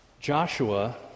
Joshua